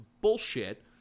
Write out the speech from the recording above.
bullshit